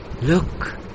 Look